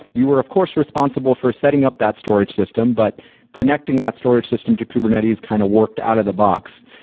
you are of course responsible for setting up that storage system, but connecting that storage system to kubernetes kind of worked out of the box.